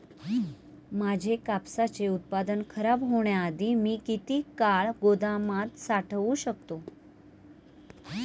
माझे कापसाचे उत्पादन खराब होण्याआधी मी किती काळ गोदामात साठवू शकतो?